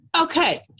Okay